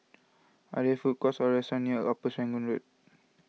are there food courts or restaurants near Upper Serangoon Road